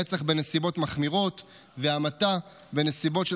רצח בנסיבות מחמירות והמתה בנסיבות של